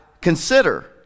consider